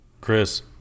chris